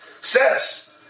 says